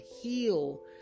heal